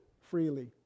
freely